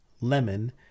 lemon